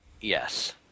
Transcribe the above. Yes